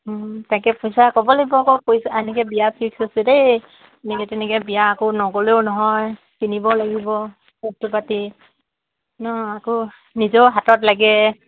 তাকে পইচা ক'ব লাগিব আকৌ পইচা এনেকৈ বিয়া ফিক্স হৈছে দেই এনেকৈ তেনেকৈ বিয়া আকৌ নগ'লেও নহয় কিনিব লাগিব বস্তু পাতি ন আকৌ নিজেও হাতত লাগে